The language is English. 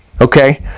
Okay